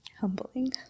humbling